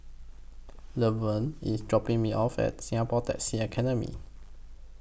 Lavern IS dropping Me off At Singapore Taxi Academy